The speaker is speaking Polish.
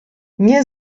nie